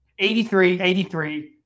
83-83